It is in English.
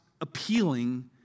appealing